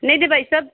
ਨਹੀਂ ਜੀ ਭਾਈ ਸਾਹਿਬ